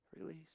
Release